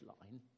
line